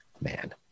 man